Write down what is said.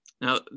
Now